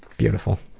beautiful.